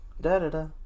Da-da-da